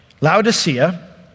Laodicea